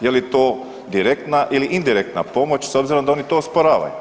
Je li to direktna ili indirektna pomoć s obzirom da oni to osporavaju.